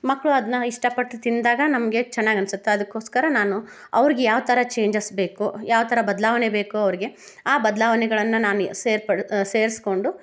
ಮಕ್ಕಳು ಅದನ್ನು ಇಷ್ಟಪಟ್ಟು ತಿಂದಾಗ ನಮಗೆ ಚೆನ್ನಾಗಿ ಅನ್ಸುತ್ತೆ ಅದಕ್ಕೋಸ್ಕರ ನಾನು ಅವ್ರಿಗೆ ಯಾವ ಥರ ಚೇಂಜಸ್ ಬೇಕು ಯಾವ ಥರ ಬದಲಾವಣೆ ಬೇಕು ಅವ್ರಿಗೆ ಆ ಬದ್ಲಾವಣೆಗಳನ್ನು ನಾನು ಸೇರ್ಪಡೆ ಸೇರಿಸ್ಕೊಂಡು